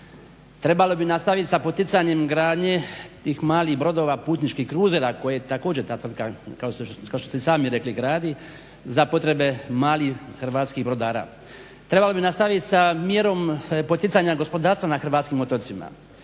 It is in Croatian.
trebalo bi nastaviti sa poticanjem gradnje tih malih brodova putničkih kruzera koje također ta tvrtka kao što ste sami rekli gradi za potrebe malih hrvatskih brodara. Trebalo bi nastaviti sa mjerom poticanja gospodarstva na hrvatskim otocima,